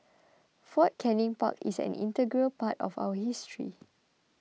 Fort Canning Park is an integral part of our history